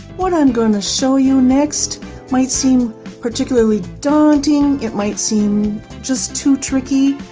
what i'm going to show you next might seem particularly daunting, it might seem just too tricky,